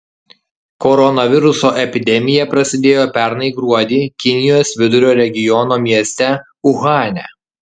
koronaviruso epidemija prasidėjo pernai gruodį kinijos vidurio regiono mieste uhane